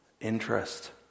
interest